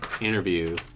interview